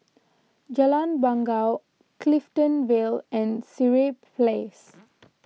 Jalan Bangau Clifton Vale and Sireh Place